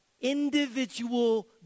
individual